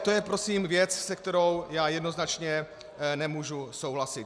To je prosím věc, se kterou jednoznačně nemůžu souhlasit.